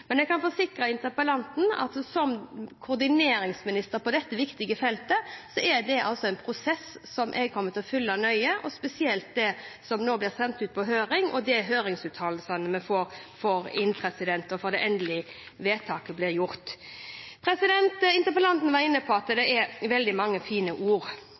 viktige feltet er det en prosess som jeg kommer til å følge nøye, og spesielt det som nå blir sendt ut på høring og de høringsuttalelsene vi får inn, før det endelige vedtaket blir gjort. Interpellanten var inne på at det var veldig mange fine ord.